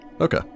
Okay